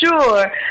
sure